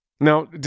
Now